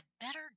better